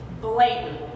Blatant